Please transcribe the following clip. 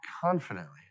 confidently